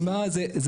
אני